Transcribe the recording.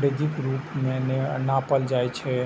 वृद्धिक रूप मे नापल जाइ छै